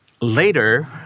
later